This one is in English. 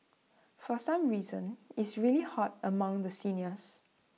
for some reason is really hot among the seniors